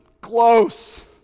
close